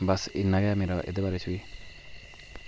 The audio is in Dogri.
बस इन्ना गै मेरा एहदे बारे च बी